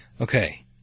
Okay